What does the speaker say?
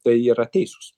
tai yra teisūs